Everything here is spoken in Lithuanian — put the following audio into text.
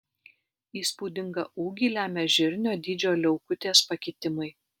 įspūdingą ūgį lemia žirnio dydžio liaukutės pakitimai